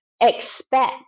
expect